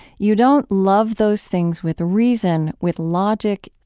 you don't love those things with reason, with logic.